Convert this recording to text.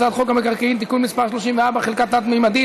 הצעת חוק המקרקעין (תיקון מס' 34) (חלקה תלת-ממדית),